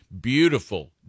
beautiful